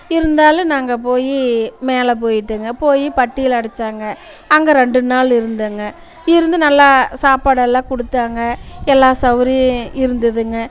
இருந்தாலும் நாங்கள் போய் மேலே போய்ட்டுங்க போய் பட்டியில் அடைச்சாங்க அங்கே ரெண்டு நாள் இருந்தோங்க இருந்து நல்லா சாப்பாடெல்லாம் கொடுத்தாங்க எல்லா சவுரி இருந்ததுங்க